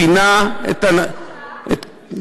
פינה את גוש-קטיף,